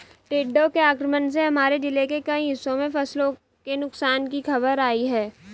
टिड्डों के आक्रमण से हमारे जिले के कई हिस्सों में फसलों के नुकसान की खबर आई है